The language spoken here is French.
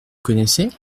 connaissez